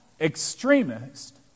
extremist